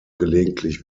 gelegentlich